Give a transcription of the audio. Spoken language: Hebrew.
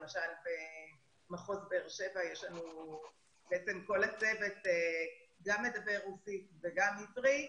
למשל במחוז באר שבע בעצם כל הצוות גם מדבר רוסית וגם עברית,